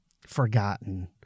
forgotten